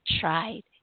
tried